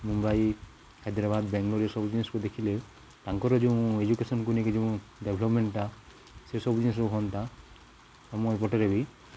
ମୁମ୍ବାଇ ହାଇଦ୍ରାବାଦ ବେଙ୍ଗଲୋର ଏ ସବୁ ଜିନିଷକୁ ଦେଖିଲେ ତାଙ୍କର ଯେଉଁ ଏଜୁକେସନ୍କୁ ନେଇକି ଯେଉଁ ଡେଭଲପମେଣ୍ଟ୍ଟା ସେସବୁ ଜିନିଷକୁ ହୁଅନ୍ତା ଆମ ଏପଟରେ ବି